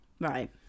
Right